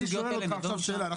אני שואל אותך שאלה,